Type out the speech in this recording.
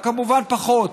כמובן פחות,